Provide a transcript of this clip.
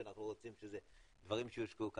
שאנחנו רוצים שאלה יהיו דברים שיושקעו כאן